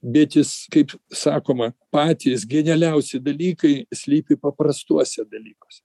bet jis kaip sakoma patys genialiausi dalykai slypi paprastuose dalykuose